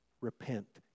Repent